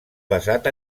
basat